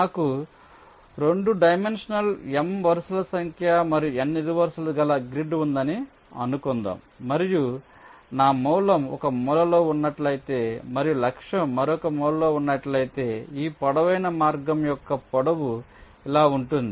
నాకు 2 dimensional M వరుసల సంఖ్య మరియు N నిలువు వరుసలు గల గ్రిడ్ ఉందని అనుకుందాం మరియు నా మూలం ఒక మూలలో ఉన్నట్లయితే మరియు లక్ష్యం మరొక మూలలో ఉన్నట్లయితే ఈ పొడవైన మార్గం యొక్క పొడవు ఇలా ఉంటుంది